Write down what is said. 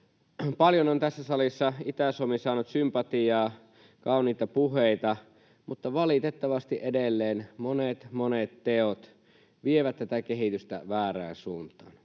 Paljon on tässä salissa Itä-Suomi saanut sympatiaa, kauniita puheita, mutta valitettavasti edelleen monet, monet teot vievät tätä kehitystä väärään suuntaan.